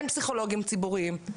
אין פסיכולוגים ציבוריים,